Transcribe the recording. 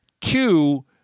Two